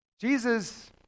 Jesus